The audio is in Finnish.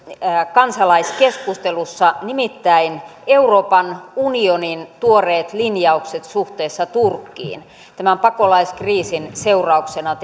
kansalaiskeskustelussa nimittäin euroopan unionin tuoreet linjaukset suhteessa turkkiin tämän pakolaiskriisin seurauksena